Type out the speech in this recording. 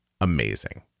amazing